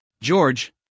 George